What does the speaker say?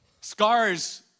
Scars